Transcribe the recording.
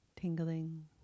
tingling